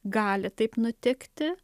gali taip nutikti